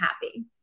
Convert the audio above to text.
happy